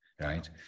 right